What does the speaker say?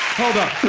hold up